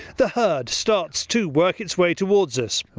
the herd starts to work its way towards us.